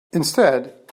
instead